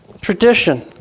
tradition